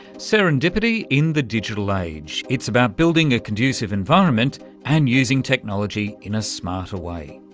serendipity in the digital age, it's about building a conducive environment and using technology in a smarter way.